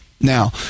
Now